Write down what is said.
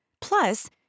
Plus